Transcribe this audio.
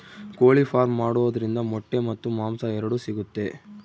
ಕೋಳಿ ಫಾರ್ಮ್ ಮಾಡೋದ್ರಿಂದ ಮೊಟ್ಟೆ ಮತ್ತು ಮಾಂಸ ಎರಡು ಸಿಗುತ್ತೆ